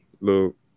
look